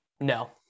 No